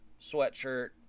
sweatshirt